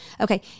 Okay